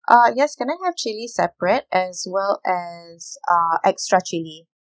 uh yes can I have chili separate as well uh extra chili